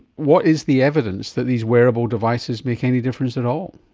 what is the evidence that these wearable devices make any difference at all?